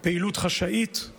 היא פעילות חשאית ברובה.